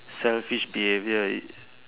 selfish behaviour it's